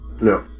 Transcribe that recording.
No